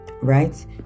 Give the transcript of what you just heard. right